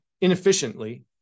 inefficiently